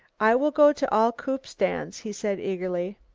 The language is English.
i will go to all coupe stands, he said eagerly.